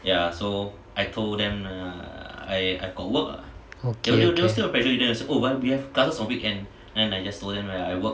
okay